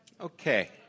Okay